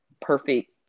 perfect